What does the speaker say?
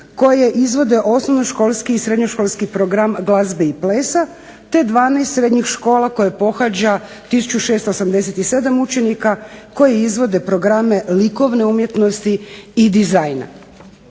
koje izvode osnovnoškolski i srednjoškolski program glazbe i plesa, te 12 srednjih škola koje pohađa tisuću 687 učenika koje izvode programe likovne umjetnosti i dizajna.